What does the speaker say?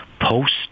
post